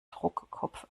druckkopf